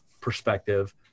perspective